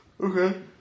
Okay